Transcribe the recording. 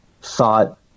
thought